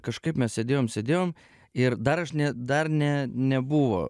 kažkaip mes sėdėjom sėdėjom ir dar aš ne dar ne nebuvo